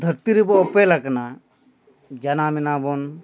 ᱫᱷᱟᱹᱨᱛᱤ ᱨᱮᱵᱚ ᱚᱯᱮᱞ ᱟᱠᱟᱱᱟ ᱡᱟᱱᱟᱢ ᱮᱱᱟ ᱵᱚᱱ